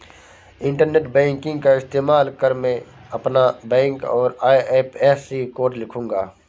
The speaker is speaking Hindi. इंटरनेट बैंकिंग का इस्तेमाल कर मैं अपना बैंक और आई.एफ.एस.सी कोड लिखूंगा